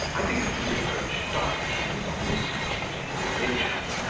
i began to broach doctrines on the subject of religion,